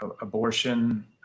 abortion